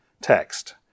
text